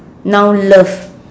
now love